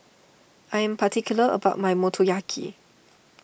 I am particular about my Motoyaki